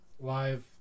live